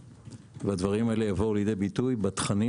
והדברים האלה יבואו לידי ביטוי בתכנים